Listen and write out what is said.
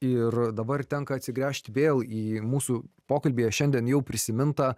ir dabar tenka atsigręžt vėl į mūsų pokalbyje šiandien jau prisimintą